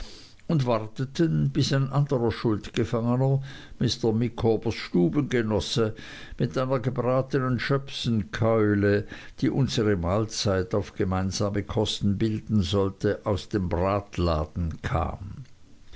und warteten bis ein anderer schuldgefangener mr micawbers stubengenosse mit einer gebratenen schöpsenkeule die unsere mahlzeit auf gemeinsame kosten bilden sollte aus dem bratladen kam